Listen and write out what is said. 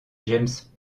james